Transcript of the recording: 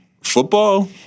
Football